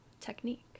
technique